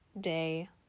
day